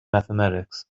mathematics